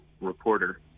reporter